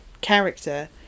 character